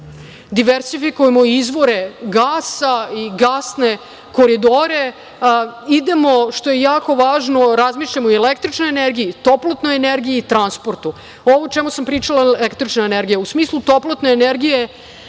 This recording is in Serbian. diversifikujemo i izvore gasa i gasne koridore. Idemo, što je jako važno, razmišljamo i o električnoj energiji, toplotnoj energiji i transportu. Ovo o čemu sam pričala, električna energija u smislu toplotne energije